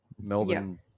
melbourne